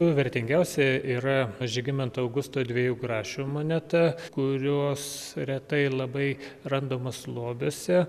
vertingiausia yra žygimanto augusto dviejų grašių moneta kurios retai labai randamos lobiuose